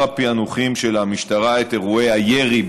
הפענוחים של המשטרה את אירועי הירי,